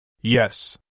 Yes